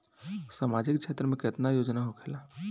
सामाजिक क्षेत्र में केतना योजना होखेला?